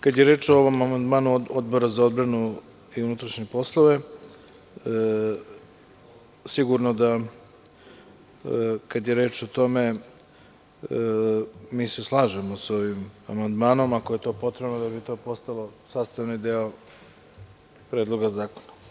Kada je reč o ovom amandmanu Odbora za odbranu i unutrašnje poslove, sigurno da, kada je reč o tome, mi se slažemo sa ovim amandmanom ako je potrebno da bi to postalo sastavni deo Predloga zakona.